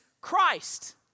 Christ